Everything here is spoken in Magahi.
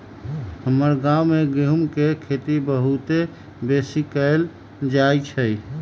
हमर गांव में गेहूम के खेती बहुते बेशी कएल जाइ छइ